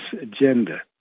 agenda